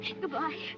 Goodbye